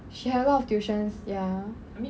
she had a lot of tuitions ya